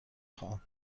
خواهم